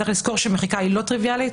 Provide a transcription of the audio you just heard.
צריך לזכור שמחיקה היא לא טריוויאלית.